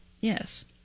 Yes